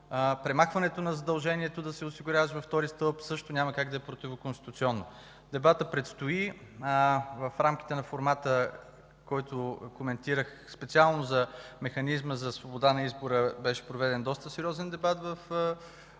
Премахването на задължението да се осигуряваш във втори стълб също няма как да е противоконституционно. Дебатът предстои. В рамките на формата, който коментирах, специално за механизма за свобода на избора, беше проведен доста сериозен дебат в